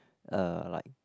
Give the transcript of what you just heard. uh like